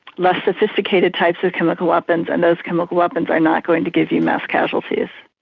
less sophisticated types of chemical weapons, and those chemical weapons are not going to give you mass casualties.